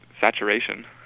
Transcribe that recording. Saturation